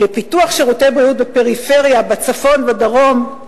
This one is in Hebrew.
לפיתוח שירותי בריאות בפריפריה בצפון ובדרום".